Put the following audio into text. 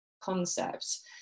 concepts